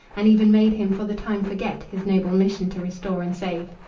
and even made him for the time forget his noble mission to restore and save.